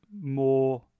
more